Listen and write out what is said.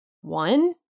One